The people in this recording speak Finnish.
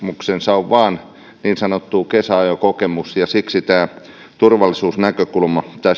on vain niin sanottu kesäajokokemus ja siksi tämä turvallisuusnäkökulma